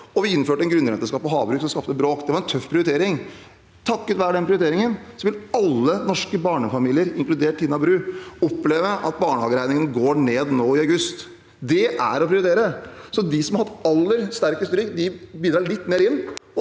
vi innførte en grunnrenteskatt på havbruk, noe som skapte bråk. Det var en tøff prioritering. Takket være den prioriteringen vil alle norske barnefamilier, inkludert Tina Brus, oppleve at barnehageregningen går ned nå i august. Det er å prioritere. De som har hatt aller sterkest rygg, bidrar altså litt